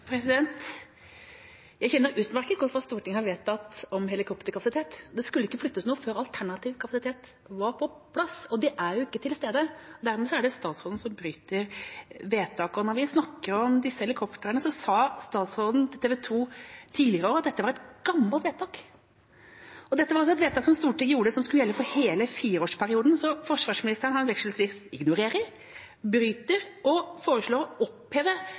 Jeg kjenner utmerket godt til hva Stortinget har vedtatt om helikopterkapasitet. Det skulle ikke flyttes noe før alternativ kapasitet var på plass, og den er ikke til stede. Dermed er det statsråden som bryter vedtak. Når vi snakker om disse helikoptrene, sa statsråden til TV2 tidligere i år at dette var et gammelt vedtak. Dette var altså et vedtak som Stortinget gjorde som skulle gjelde for hele fireårsperioden. Så forsvarsministeren vekselsvis ignorerer, bryter og foreslår å oppheve